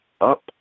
up